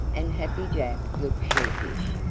and happy jack looked sheepish.